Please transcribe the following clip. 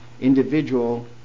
individual